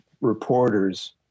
reporters